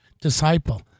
disciple